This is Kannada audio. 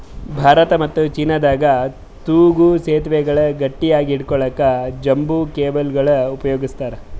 ಭಾರತ ಮತ್ತ್ ಚೀನಾದಾಗ್ ತೂಗೂ ಸೆತುವೆಗಳ್ ಗಟ್ಟಿಯಾಗ್ ಹಿಡ್ಕೊಳಕ್ಕ್ ಬಂಬೂ ಕೇಬಲ್ಗೊಳ್ ಉಪಯೋಗಸ್ತಾರ್